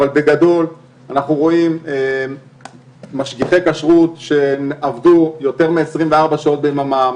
אבל בגדול אנחנו רואים משגיחי כשרות שעבדו יותר מ-24 שעות ביממה,